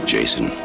Jason